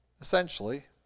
essentially